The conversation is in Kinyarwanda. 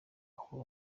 aho